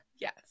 Yes